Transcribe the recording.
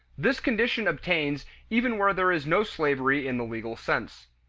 this condition obtains even where there is no slavery in the legal sense.